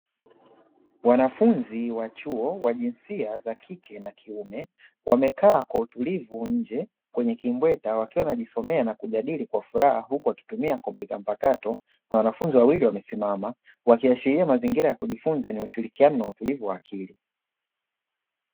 Wanafunzi wa chuo wa jinsia zakike na kiume wamekaa kwa utulivu nje kwenye kimbweta wakiwa wanajisomea na kujadili kwa furaha huku wakitumia komputa mpakato na wanafunzi wawili wamesimama wakiashiria mazingira ya kujifunza yenye ushirikiano na utulivu wa akili.